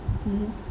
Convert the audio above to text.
mmhmm